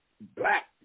black